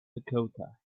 dakota